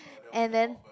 and then